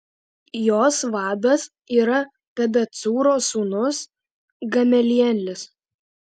jos vadas yra pedacūro sūnus gamelielis